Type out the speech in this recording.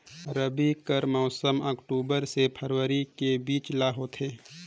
रबी कर मौसम अक्टूबर से फरवरी के बीच ल होथे